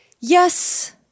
Yes